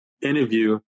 interview